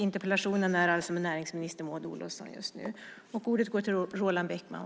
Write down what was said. Interpellationen är alltså med näringsminister Maud Olofsson just nu.